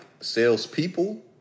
salespeople